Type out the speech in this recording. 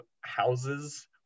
houses